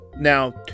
Now